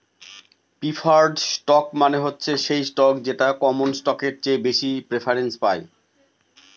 preferred stock মানে হচ্ছে সেই স্টক যেটা কমন স্টকের চেয়ে বেশি প্রিফারেন্স পায়